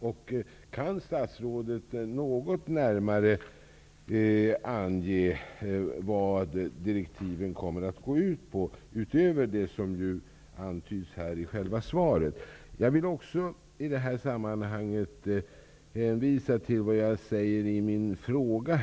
Och kan statsrådet något närmare ange vad direktiven kommer att gå ut på, utöver det som antyds i själva svaret? Jag vill i sammanhanget hänvisa till vad jag säger i min fråga.